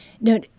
No